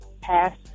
Pass